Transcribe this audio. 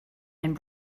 and